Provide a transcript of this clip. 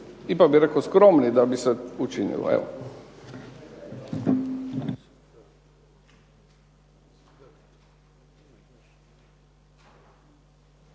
ipak bih rekao skromni da bi se to učinilo.